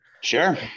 Sure